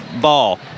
ball